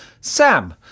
Sam